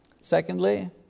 Secondly